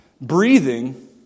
Breathing